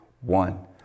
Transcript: one